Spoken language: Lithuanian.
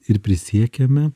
ir prisiekiame